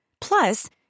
Plus